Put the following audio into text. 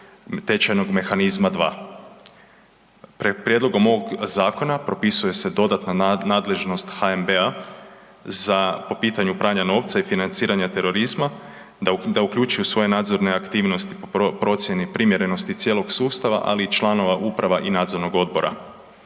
kriteriju ERM II? Prijedlogom ovog zakona propisuje se dodatna nadležnost HNB-a za po pitanju pranja novca i financiranje terorizma da uključi u svoju nadzornu aktivnost procjenu primjerenosti cijelog sustava ali i članova uprava i nadzornog odbora